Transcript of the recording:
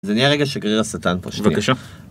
זה נהיה רגע שגריר הסטן פשוט. בבקשה